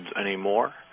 anymore